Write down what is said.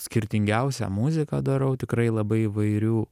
skirtingiausią muziką darau tikrai labai įvairių